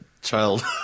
child